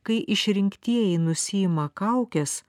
kai išrinktieji nusiima kaukes